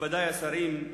מכובדי השרים,